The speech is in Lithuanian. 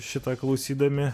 šitą klausydami